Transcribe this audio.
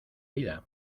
vida